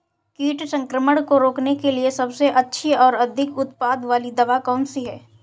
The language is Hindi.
कीट संक्रमण को रोकने के लिए सबसे अच्छी और अधिक उत्पाद वाली दवा कौन सी है?